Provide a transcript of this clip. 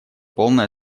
полной